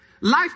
Life